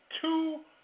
two